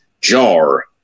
jar